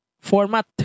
format